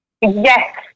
yes